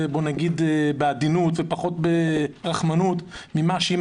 נגיד בעדינות בפחות רחמנות מכפי שהיו